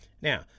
now